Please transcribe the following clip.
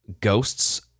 ghosts